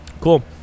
Cool